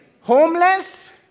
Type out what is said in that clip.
Homeless